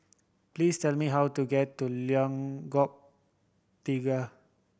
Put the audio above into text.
please tell me how to get to Lengkok Tiga